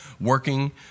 working